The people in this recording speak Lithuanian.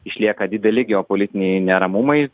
išlieka dideli geopolitiniai neramumai